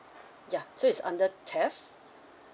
ya so is under theft